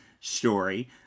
story